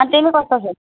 अनि तिमी कस्तो छौ